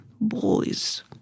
boys